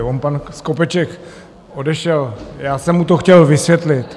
On pan Skopeček odešel, já jsem mu to chtěl vysvětlit.